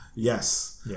Yes